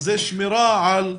זה שמירה על כבודם,